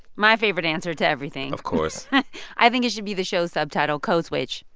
my favorite answer to everything of course i think it should be the show's subtitle code switch,